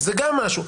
זה גם משהו.